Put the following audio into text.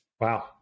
Wow